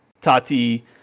Tati